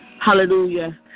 Hallelujah